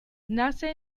nace